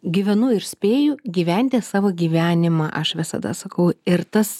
gyvenu ir spėju gyventi savo gyvenimą aš visada sakau ir tas